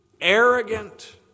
arrogant